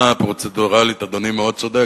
מבחינה פרוצדורלית אדוני מאוד צודק,